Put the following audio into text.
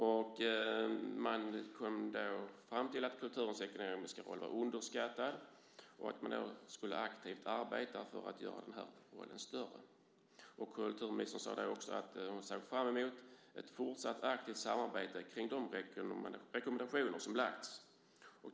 Man kom där fram till att kulturens ekonomiska roll var underskattad och att man aktivt skulle arbeta för att göra den rollen större. Kulturministern sade då att hon såg fram emot ett fortsatt aktivt samarbete kring de rekommendationer som lagts fram.